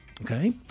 Okay